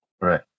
Right